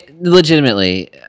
Legitimately